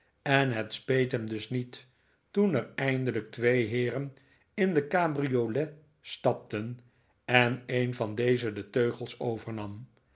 en het speet hem dus niet toen er eindelijk twee heeren in de cabriolet stapten en een van deze de teugels overnam